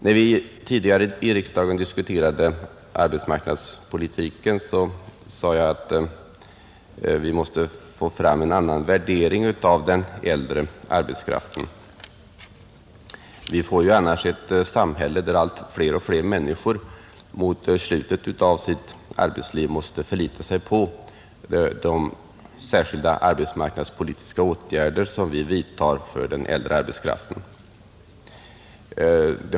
När vi tidigare här i riksdagen diskuterade arbetsmarknadspolitiken sade jag att vi måste få fram en annan värdering av den äldre arbetskraften, annars får vi ett samhälle där allt fler människor mot slutet av sitt arbetsliv måste förlita sig på de särskilda arbetsmarknadspolitiska åtgärder som vi vidtar för den äldre arbetskraften.